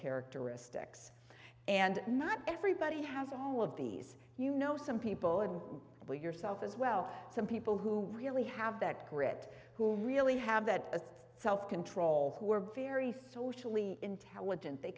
characteristics and not everybody has all of these you know some people and what yourself as well some people who really have that grit who really have that self control who are very socially intelligent they